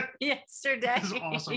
yesterday